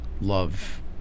love